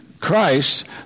Christ